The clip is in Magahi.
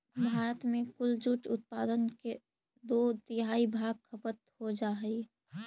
भारत में कुल जूट उत्पादन के दो तिहाई भाग खपत हो जा हइ